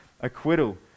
acquittal